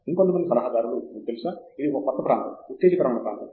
ఇంకొంత మంది సలహాదారులు మీకు తెలుసా ఇది ఒక కొత్త ప్రాంతం ఉత్తేజకరమైన ప్రాంతం